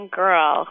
girl